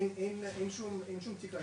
אין שום בדיקה,